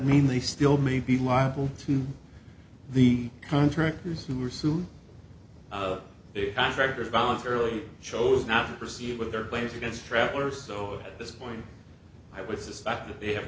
mean they still may be liable to the contractors who were sued they had records voluntarily chose not to proceed with their claims against travelers so this point i would suspect that they have